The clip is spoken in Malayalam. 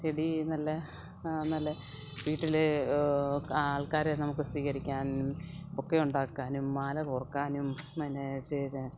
ചെടി നല്ല നല്ല വീട്ടിലെ ആൾക്കാരെ നമുക്ക് സ്വീകരിക്കാൻ ബൊക്കെയുണ്ടാക്കാനും മാല കോർക്കാനും പിന്നെ ചെടി